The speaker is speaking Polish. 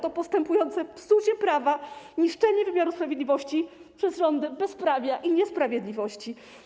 To postępujące psucie prawa, niszczenie wymiaru sprawiedliwości przez rządy bezprawia i niesprawiedliwości.